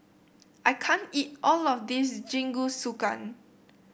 I can't eat all of this Jingisukan